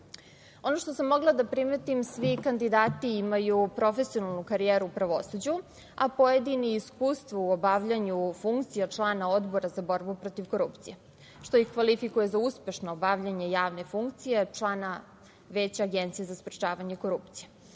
Ono što sam mogla da primetim, svi kandidati imaju profesionalnu karijeru u pravosuđu, a pojedini i iskustvo u obavljanju funkcija člana Odbora za borbu protiv korupcije što ih kvalifikuje za uspešno obavljanje javne funkcije člana Veća Agencije za sprečavanje korupcije. Osvrnula